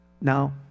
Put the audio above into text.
now